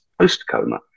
post-coma